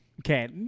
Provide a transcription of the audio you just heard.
Okay